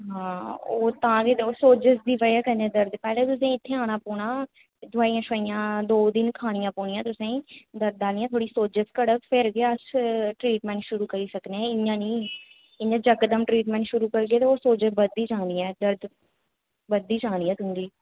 हां ओह् तां गै सोजस दी बजह् कन्नै दर्द पैह्ले तुसेंगी इत्थै आना पौना दवाईयां सवाईयां दो दिन खानियां पौनियां तुसेंगी दर्द आह्लियां थोह्डी सोजस घटग फेर गै अस ट्रीटमेंट शुरू करी सकने इ'यां नि इ'यां जकदम ट्रीटमेंट शुरू करगे ते ओह् सोजस बधदी जानी ते दर्द बधदी जानी ऐ तुं'दी